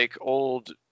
old